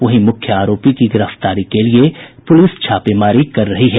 वहीं मुख्य आरोपी की गिरफ्तारी के लिए पुलिस छापेमारी कर रही है